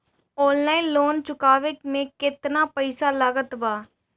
Online loan चुकवले मे केतना पईसा लागत बा?